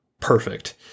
perfect